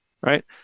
right